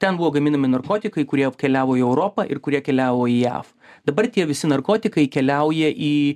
ten buvo gaminami narkotikai kurie apkeliavo į europą ir kurie keliavo į jav dabar tie visi narkotikai keliauja į